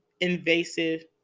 invasive